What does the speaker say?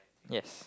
yes